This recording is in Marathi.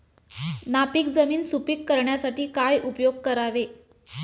नापीक जमीन सुपीक करण्यासाठी काय उपयोग करावे?